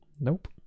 nope